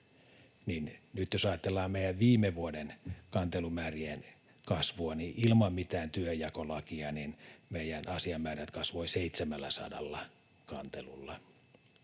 jos ajatellaan meidän viime vuoden kantelumäärien kasvua, niin ilman mitään työnjakolakia meidän asiamäärät kasvoivat 700 kantelulla.